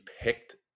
picked